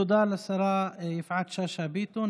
תודה לשרה יפעת שאשא ביטון.